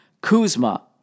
Kuzma